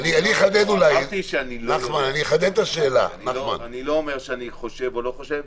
אני אחדד ---- אני לא אומר שאני חושב או לא חושב.